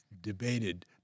debated